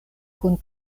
kun